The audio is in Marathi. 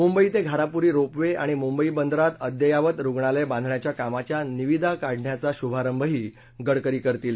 मुंबई ते घारापुरी रोप वे आणि मुंबई बंदरात अद्ययावत रुग्णालय बांधण्याच्या कामाच्या निविदा काढण्याचा शुभारभही गडकरी करतील